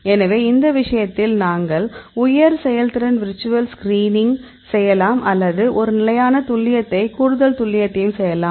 எனவே இந்த விஷயத்தில் நாங்கள் உயர் செயல்திறன் விர்ச்சுவல் ஸ்கிரீனிங் செய்யலாம் அல்லது ஒரு நிலையான துல்லியத்தையும் கூடுதல் துல்லியத்தையும் செய்யலாம்